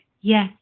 Yes